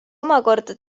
omakorda